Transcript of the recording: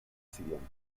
siguiente